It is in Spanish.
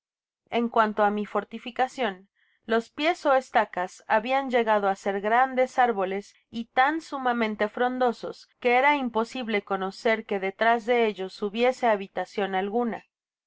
en cuanto á mi fortificacion los pies ó estacas habian llegado á ser grandes árboles y tan sumamente frondosos que era imposible conocer que detras de ellos hubiese habitacion alguna